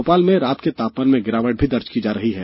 भोपाल में रात के तापमान में गिरावट भी दर्ज की जा रही है